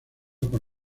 con